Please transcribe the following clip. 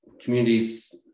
communities